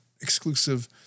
exclusive